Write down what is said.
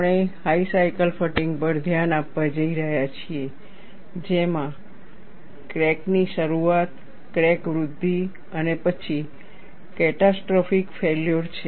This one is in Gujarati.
આપણે હાઈ સાયકલ ફટીગ પર ધ્યાન આપવા જઈ રહ્યા છીએ જેમાં ક્રેક ની શરૂઆત ક્રેક વૃદ્ધિ અને પછી કેટાસ્ટ્રોફીક ફેલ્યોર છે